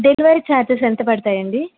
delivery charges ఎంత పడతాయండి